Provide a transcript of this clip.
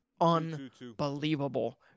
unbelievable